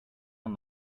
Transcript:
and